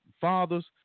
fathers